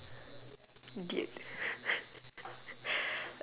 idiot